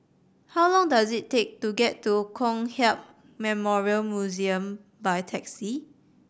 how long does it take to get to Kong Hiap Memorial Museum by taxi